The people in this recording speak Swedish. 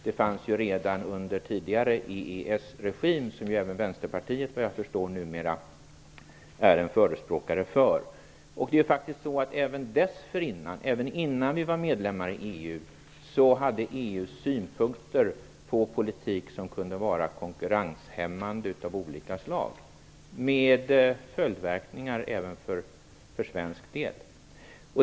Det fanns ju redan under tidigare EES-regim, som även Vänsterpartiet efter vad jag förstår numera är förespråkare för. Även innan vi var medlemmar i EU hade EU synpunkter på politik som kunde vara konkurrenshämmande på olika sätt. Detta hade följdverkningar även för svensk del.